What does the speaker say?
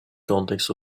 context